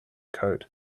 coat